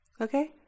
Okay